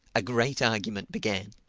a great argument began.